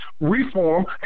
reform